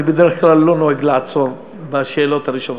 בדרך כלל אני לא נוהג לעצור בשאלות הראשונות.